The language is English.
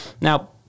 Now